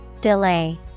Delay